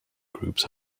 groups